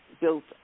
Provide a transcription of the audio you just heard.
built